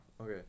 okay